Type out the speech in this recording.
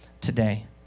today